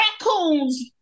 raccoons